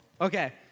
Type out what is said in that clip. Okay